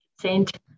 sent